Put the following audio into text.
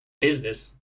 Business